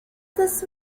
this